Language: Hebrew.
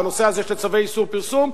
בנושא הזה של צווי איסור פרסום,